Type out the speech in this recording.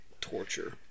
torture